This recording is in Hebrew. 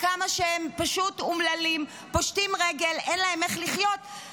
כמה שעות הייתי כאן או לא הייתי כאן בפגרה.